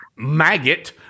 maggot